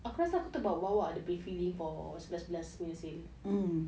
aku rasa aku terbawa-bawa dia punya feeling for sebelas sebelas punya sale